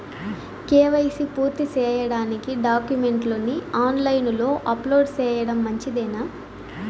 KYC పూర్తి సేయడానికి డాక్యుమెంట్లు ని ఆన్ లైను లో అప్లోడ్ సేయడం మంచిదేనా?